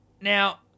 Now